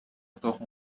تخم